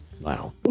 wow